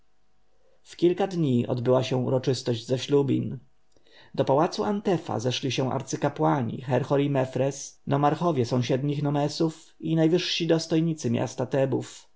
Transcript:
w kilka dni odbyła się uroczystość zaślubin do pałacu antefa zeszli się arcykapłani herhor i mefres nomarchowie sąsiednich nomesów i najwyżsi dostojnicy miasta tebów